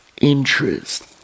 interest